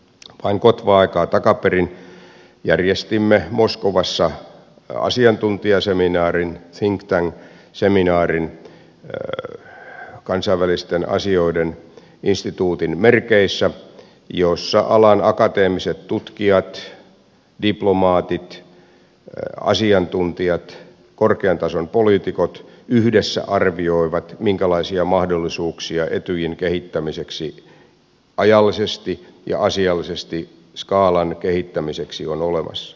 vain kotvan aikaa takaperin järjestimme moskovassa asiantuntijaseminaarin think tank seminaarin kansainvälisten asioiden instituutin merkeissä jossa alan akateemiset tutkijat diplomaatit asiantuntijat korkean tason poliitikot yhdessä arvioivat minkälaisia mahdollisuuksia etyjin kehittämiseksi ajallisesti ja asiallisesti skaalan kehittämiseksi on olemassa